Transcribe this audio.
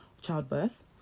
childbirth